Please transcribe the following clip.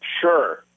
sure